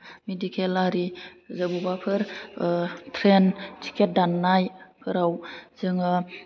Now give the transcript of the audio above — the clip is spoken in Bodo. मेडिकेल आरि अबावबाफोर ट्रेन टिकेट दाननायफोराव जोङो